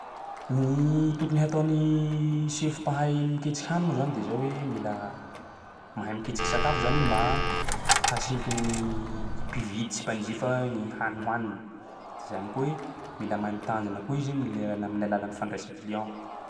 Gny tokony hataon'ny sefo mpahay miketriky hany moa zany de zao hoe: mila mahay miketsiky sakafo zany mba hahasinto ny mpividy sy mpanjifa gny hany hohany. De zany koa hoe mila mahay mitandrina koa izy am'lay al- amin'ny alalan'ny fandraisa client.